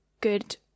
good